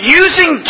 using